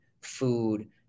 food